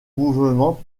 mouvement